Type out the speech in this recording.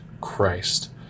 Christ